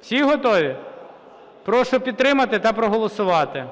Всі готові? Прошу підтримати та проголосувати.